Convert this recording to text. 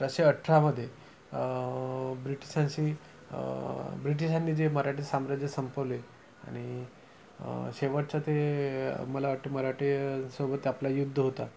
दशे अठरामध्ये ब्रिटिशांशी ब्रिटिशांनी जे मराठी साम्राज्य संपवले आणि शेवटच्या ते मला वाटते मराठीसोबत आपला युद्ध होता